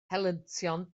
helyntion